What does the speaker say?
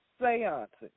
seances